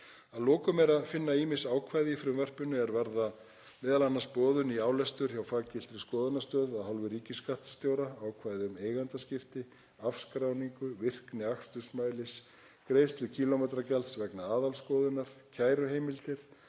Að lokum er að finna ýmis ákvæði í frumvarpinu er varða m.a. boðun í álestur hjá faggiltri skoðunarstöð af hálfu ríkisskattstjóra, ákvæði um eigandaskipti afskráningu, virkni akstursmælis, greiðslu kílómetragjalds vegna aðalskoðunar, kæruheimildir,